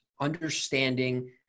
understanding